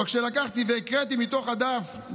אבל כשלקחתי והקראתי מתוך הדף,